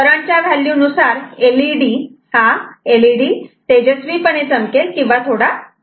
current च्या value नुसार LED तेजस्वीपणे चमकेल किंवा कमी चमकेल